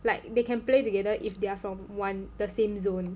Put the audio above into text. like they can play together if they're from one the same zone